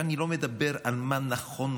ואני לא מדבר על מה נכון,